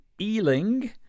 Ealing